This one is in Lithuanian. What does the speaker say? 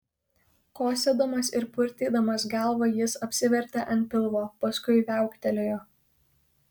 kosėdamas ir purtydamas galvą jis apsivertė ant pilvo paskui viauktelėjo